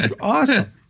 awesome